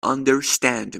understand